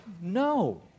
no